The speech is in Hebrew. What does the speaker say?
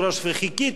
וחיכיתי,